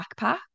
backpack